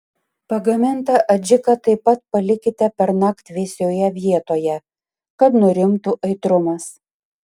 pagamintą adžiką taip pat palikite pernakt vėsioje vietoje kad nurimtų aitrumas